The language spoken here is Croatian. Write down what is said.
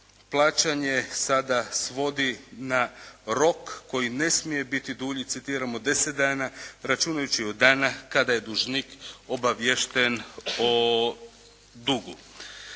plaćanje sada svodi na rok koji ne smije biti dulji citiram “od 10 dana računajući od dana kada je dužnik obaviješten o dugu“.